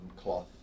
cloth